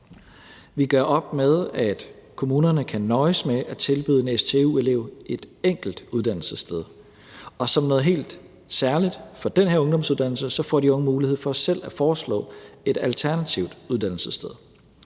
Vi gør op med, at kommunerne kan nøjes med at tilbyde en stu-elev et enkelt uddannelsessted, og som noget helt særligt for den her ungdomsuddannelse får de unge mulighed for selv at foreslå et alternativt uddannelsessted.